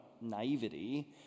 naivety